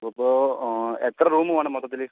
അതിപ്പോൾ എത്ര റൂം വേണം മൊത്തത്തിൽ